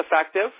effective